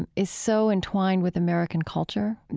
and is so entwined with american culture,